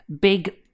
Big